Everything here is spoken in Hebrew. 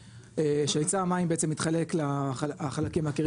שהיצע המים בעצם מתחלק לחלקים האחרים